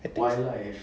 I think